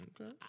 Okay